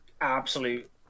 absolute